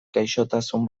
gaixotasun